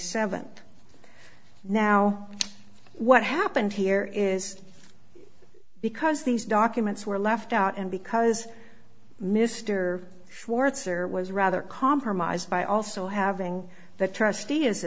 seventh now what happened here is because these documents were left out and because mr schwarzer was rather compromised by also having that trustee is